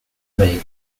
ray